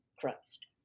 Christ